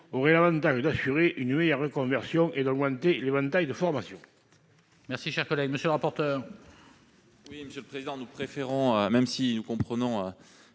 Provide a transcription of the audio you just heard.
aurait l'avantage d'assurer une meilleure reconversion et d'augmenter l'éventail de formation.